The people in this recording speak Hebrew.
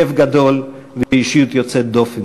לב גדול ואישיות יוצאת דופן.